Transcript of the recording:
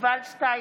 יובל שטייניץ,